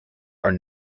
are